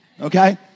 Okay